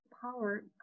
power